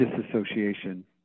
disassociation